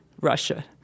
Russia